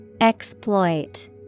Exploit